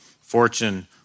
fortune